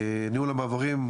ניהול המעברים,